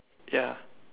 ya